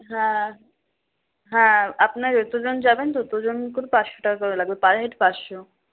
হ্যাঁ হ্যাঁ আপনারা যতজন যাবেন ততজন করে পাঁচশো টাকা করে লাগবে পার হেড পাঁচশো